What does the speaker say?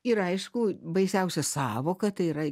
ir aišku baisiausia sąvoka tai yra